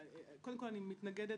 קודם כל, אני מתנגדת